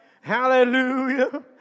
hallelujah